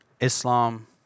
Islam